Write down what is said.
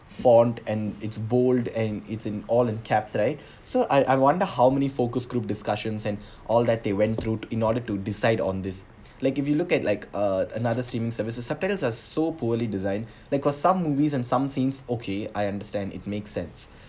font and it's bold and it's in all in caps right so I I wonder how many focus group discussions and all that they went through in order to decide on this like if you look at like uh another streaming services subtitles are so poorly designed like got some movies and some scenes okay I understand it makes sense